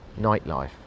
nightlife